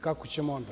Kako ćemo onda?